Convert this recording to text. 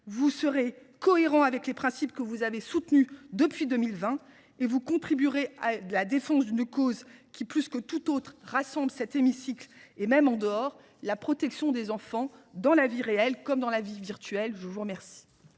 En cohérence avec les principes que vous avez soutenus depuis 2020, vous contribuerez à la défense d’une cause, qui plus que toute autre, rassemble dans cet hémicycle et même en dehors : la protection des enfants dans la vie réelle comme dans la vie virtuelle. La parole